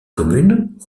communes